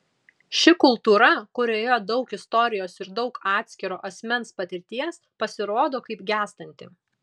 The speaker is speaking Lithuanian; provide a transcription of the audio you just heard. ši kultūra kurioje daug istorijos ir daug atskiro asmens patirties pasirodo kaip gęstanti